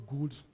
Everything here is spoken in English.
good